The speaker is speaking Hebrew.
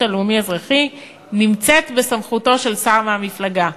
הלאומי-אזרחי נמצאת בסמכותו של שר מהמפלגה.